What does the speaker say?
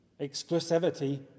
Exclusivity